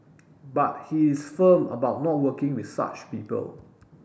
but he is firm about not working with such people